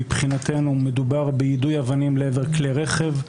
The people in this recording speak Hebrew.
מבחינתנו מדובר ביידוי אבנים לעבר כלי רכב,